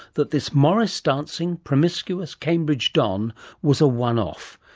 that this morris dancing, promiscuous cambridge don was a one-off,